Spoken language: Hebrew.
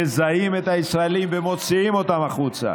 מזהים את הישראלים ומוציאים אותם החוצה.